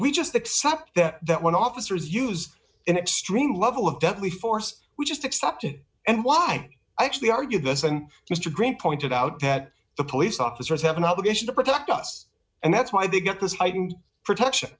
we just accept that when officers use an extreme level of deadly force we just accept it and why i actually argue this and mr green pointed out that the police officers have an obligation to protect us and that's why they get this heightened protection